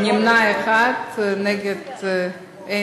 נמנע אחד, נגד,